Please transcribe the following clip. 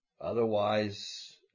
Otherwise